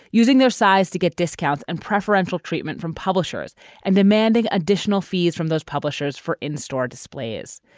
using their size to get discounts and preferential treatment from publishers and demanding additional fees from those publishers for in-store displays.